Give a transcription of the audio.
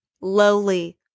lowly